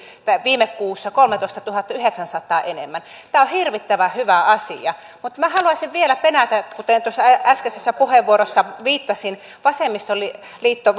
viime kuussa kolmentoistatuhannenyhdeksänsadan enemmän tämä on hirvittävän hyvä asia mutta minä haluaisin vielä penätä sitä mihin tuossa äskeisessä puheenvuorossa viittasin vasemmistoliitto